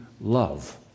love